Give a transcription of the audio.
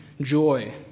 joy